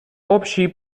общие